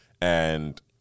And-